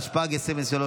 התשפ"ג 2023,